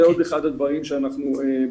זה עוד אחד הדברים שאנחנו עושים.